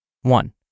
One